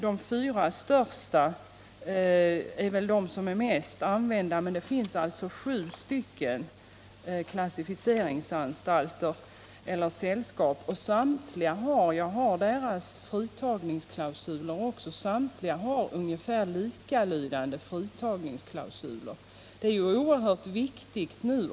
De fyra största är väl de mest använda, men det finns alltså sju klassificeringsanstalter eller sällskap. Samtliga klassificeringsanstalters fritagningsklausuler är ungefär likalydande — jag har fritagningsklausulerna här.